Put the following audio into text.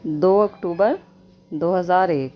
دو October دو ہزار ایک